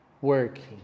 working